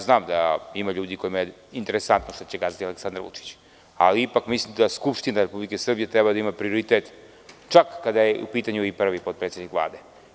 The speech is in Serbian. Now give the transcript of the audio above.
Znam da ima ljudi kojima je interesanto šta će kazati Aleksandar Vučić, ali ipak mislim da Skupština Republike Srbije treba da ima prioritet, čak i kada je u pitanju prvi potredsednik Vlade.